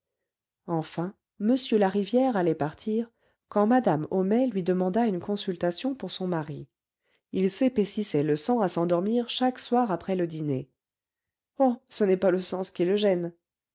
enfin m larivière allait partir quand madame homais lui demanda une consultation pour son mari il s'épaississait le sang à s'endormir chaque soir après le dîner oh ce n'est pas le sens qui le gêne